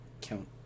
count